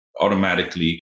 automatically